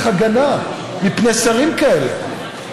צריך הגנה מפני שרים כאלה,